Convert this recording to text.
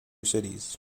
cities